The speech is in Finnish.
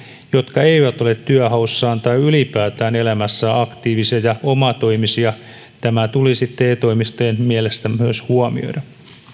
jotka eivät ole työnhaussaan tai ylipäätään elämässään aktiivisia ja omatoimisia tämä tulisi te toimistojen mielestä myös huomioida